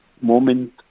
moment